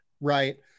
right